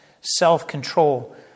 self-control